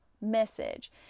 message